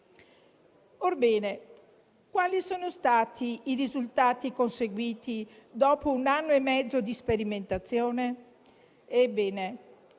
sedici. Quali sono stati i risultati conseguiti dopo un anno e mezzo di sperimentazione?